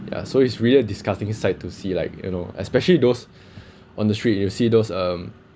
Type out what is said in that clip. ya so it's really a disgusting sight to see like you know especially those on the street you will see those um